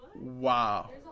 Wow